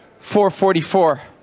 444